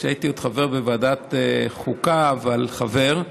כשהייתי עוד חבר בוועדת חוקה, אבל חבר.